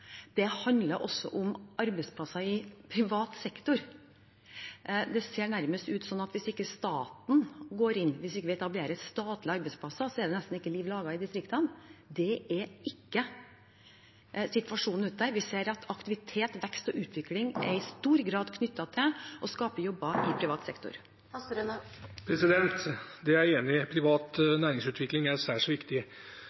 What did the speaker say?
hvis ikke staten går inn, hvis vi ikke etablerer statlige arbeidsplasser, så er det nesten ikke liv laga i distriktene. Det er ikke situasjonen der ute. Vi ser at aktivitet, vekst og utvikling i stor grad er knyttet til å skape jobber i privat sektor. Det er jeg enig i. Privat